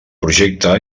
projecte